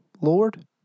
Lord